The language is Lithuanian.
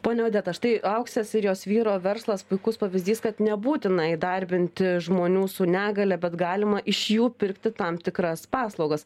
ponia odeta štai auksės ir jos vyro verslas puikus pavyzdys kad nebūtina įdarbinti žmonių su negalia bet galima iš jų pirkti tam tikras paslaugas